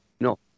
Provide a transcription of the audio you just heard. No